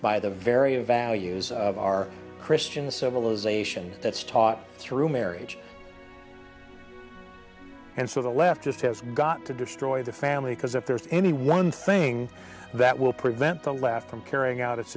by the very values of our christian civilization that's taught through marriage and so the leftist have got to destroy the family because if there's any one thing that will prevent the left from carrying out it